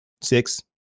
six